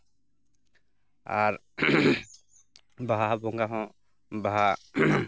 ᱟᱨ ᱵᱟᱦᱟ ᱵᱚᱸᱜᱟ ᱦᱚᱸ ᱵᱟᱦᱟ